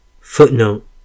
Footnote